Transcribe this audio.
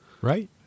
Right